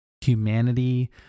humanity